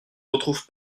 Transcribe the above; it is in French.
retrouve